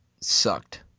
sucked